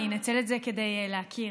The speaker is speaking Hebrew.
אני אנצל את זה כדי להכיר.